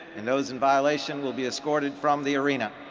and those in violation will be escorted from the arena.